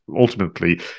ultimately